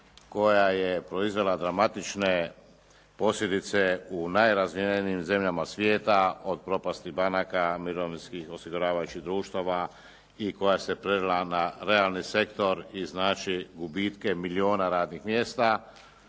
koja je proizvela dramatične posljedice u najrazvijenijim zemljama svijeta od propasti banaka, mirovinskih osiguravajućih društava i koja se prelila na realni sektor i znači gubitke milijuna radnih mjesta